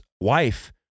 wife